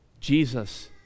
Jesus